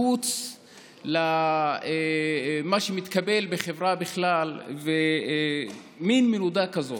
מחוץ למה שמתקבל בחברה בכלל, ומין מנודה כזאת.